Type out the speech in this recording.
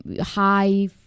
high